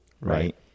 Right